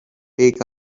take